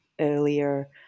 earlier